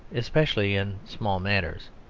especially in small matters.